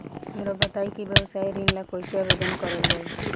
हमरा बताई कि व्यवसाय ऋण ला कइसे आवेदन करल जाई?